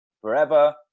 Forever